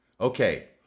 Okay